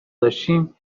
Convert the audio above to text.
داشتیم